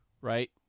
right